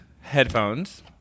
headphones